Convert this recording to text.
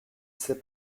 sais